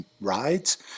Rides